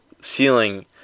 ceiling